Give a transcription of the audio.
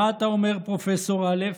מה אתה אומר, פרופ' א'?